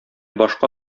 башка